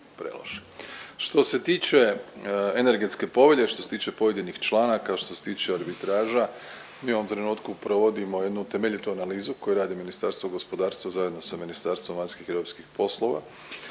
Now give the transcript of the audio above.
Što se tiče energetske povelje, što se tiče pojedinih članaka, što se tiče arbitraža, mi u ovom trenutku provodimo jednu temeljitu analizu koju radi Ministarstvo gospodarstva zajedno sa Ministarstvom vanjskih i europskih poslova